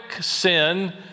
sin